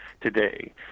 today